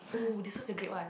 !oo! this one's a great one